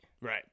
Right